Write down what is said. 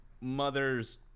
mother's